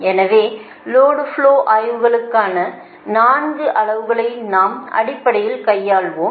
எனவே load flow ஆய்வுகளுக்கான 4 அளவுகளை நாம் அடிப்படையில் கையாள்வோம்